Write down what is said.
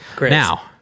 Now